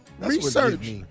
Research